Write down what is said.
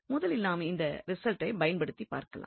முதலில் நாம் இந்த ரிசல்ட்டை பயன்படுத்திப் பார்க்கலாம்